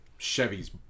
Chevys